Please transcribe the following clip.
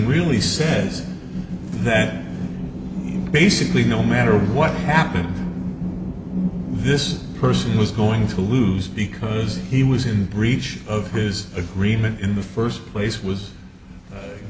really says that basically no matter what happened this person was going to lose because he was in breach of his agreement in the first place was